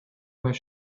where